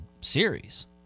series